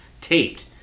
taped